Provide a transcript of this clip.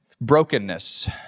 brokenness